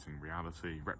reality